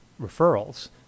referrals